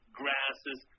grasses